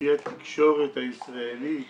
שלפי התקשורת הישראלית